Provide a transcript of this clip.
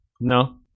No